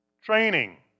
training